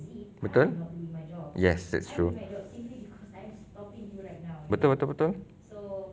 betul yes that's true betul betul betul